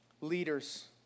leaders